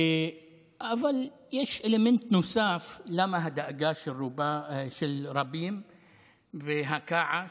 אבל יש אלמנט נוסף לדאגה של הרבים והכעס,